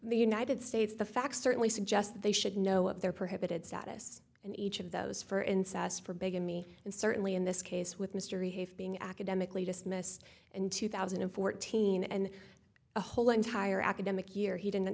the united states the facts certainly suggest that they should know what their prohibited status in each of those for incest for bigamy and certainly in this case with mystery hafe being academically dismissed in two thousand and fourteen and a whole entire academic year he didn't